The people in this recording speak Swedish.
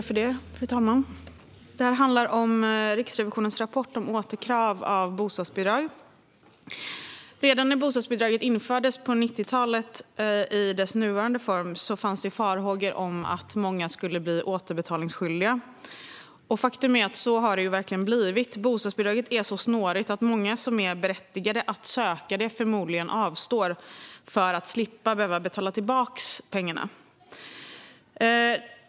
Fru talman! Redan när bostadsbidraget infördes i sin nuvarande form på 90-talet fanns farhågor om att många skulle bli återbetalningsskyldiga, och faktum är att så har det verkligen blivit. Bostadsbidraget är så snårigt att många som är berättigade att söka det förmodligen avstår för att slippa betala tillbaka pengar.